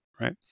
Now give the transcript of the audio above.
right